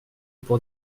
pour